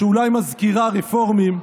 שאולי היא מזכירה רפורמים,